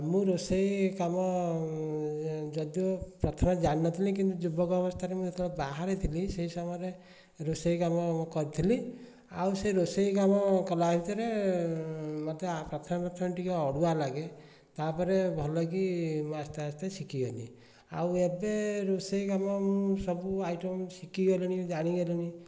ମୁଁ ରୋଷେଇ କାମ ଯଦିଓ ପ୍ରଥମେ ଜାଣିନଥିଲି କିନ୍ତୁ ଯୁବକ ଅବସ୍ଥାରେ ମୁଁ ଯେତେବଳେ ବାହାରେ ଥିଲି ସେଇ ସମୟରେ ରୋଷେଇ କାମ କରୁଥିଲି ଆଉ ସେ ରୋଷେଇ କାମ କଲା ଭିତେରେ ମତେ ପ୍ରଥମେ ପ୍ରଥମେ ଟିକେ ଅଡୁଆ ଲାଗେ ତାପରେ ଭଲକି ଆସ୍ତେ ଆସ୍ତେ ଶିଖିଗଲି ଆଉ ଏବେ ରୋଷେଇ କାମ ମୁଁ ସବୁ ଆଇଟମ୍ ଶିଖିଗଲିଣି ଜାଣିଗଲିଣି